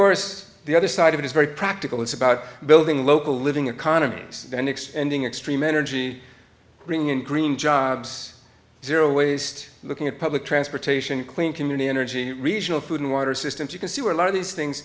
course the other side of it is very practical it's about building local living economies then extending extreme energy bringing in green jobs zero waste looking at public transportation clean community energy regional food and water systems you can see where a lot of these things